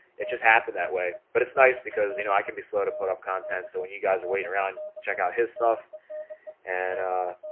it just happened that but it's nice because you know, i can be slow to put up content so when you guys are waiting around check out his stuff and ah